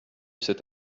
cet